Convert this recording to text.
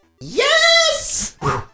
YES